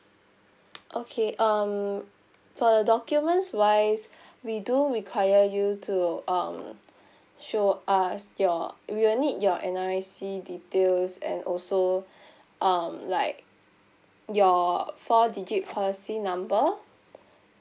okay um for the documents wise we do require you to um show us your we will need your N_R_I_C details and also um like your four digit policy number